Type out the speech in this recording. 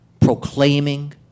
proclaiming